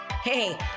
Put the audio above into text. Hey